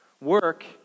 Work